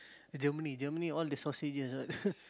Germany Germany all the sausages right